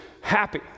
happy